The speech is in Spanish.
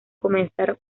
comenzar